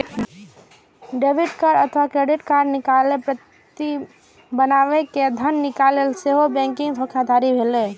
debit card अथवा credit card के नकली प्रति बनाय कें धन निकालब सेहो बैंकिंग धोखाधड़ी भेलै